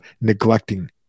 neglecting